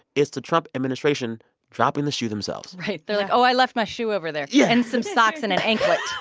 it's the trump administration dropping the shoe themselves right. they're like, oh, i left my shoe over there yeah and some socks and an anklet